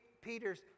Peter's